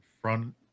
front